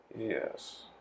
yes